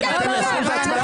המשפטית.